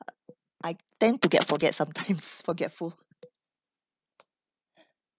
I tend to get forget sometimes forgetful